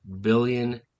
billion